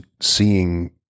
seeing